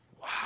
Wow